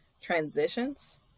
transitions